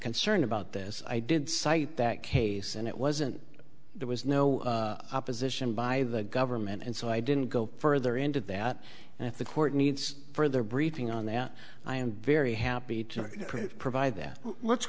concerned about this i did cite that case and it wasn't there was no opposition by the government and so i didn't go further into that and if the court needs further briefing on that i am very happy to provide that let's